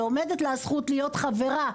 ועומדת לה הזכות להיות חברה,